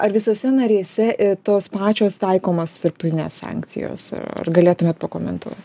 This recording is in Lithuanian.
ar visose narėse tos pačios taikomos tarptauinės sankcijos ar galėtumėt pakomentuot